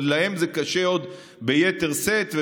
אבל להם זה קשה ביתר שאת,